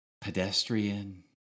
pedestrian